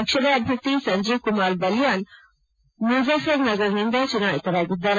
ಪಕ್ಷದ ಅಭ್ವರ್ಧಿ ಸಂಜೀವ್ಕುಮಾರ್ ಬಲ್ಕಾನ್ ಮುಝಫರ್ ನಗರ್ನಿಂದ ಚುನಾಯಿತರಾಗಿದ್ದಾರೆ